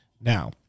Now